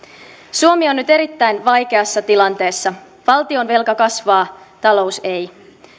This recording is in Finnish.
suomi on nyt erittäin vaikeassa tilanteessa valtionvelka kasvaa talous ei